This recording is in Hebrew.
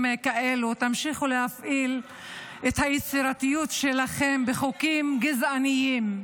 כאלה: תמשיכו להפעיל את היצירתיות שלכם בחוקים גזעניים.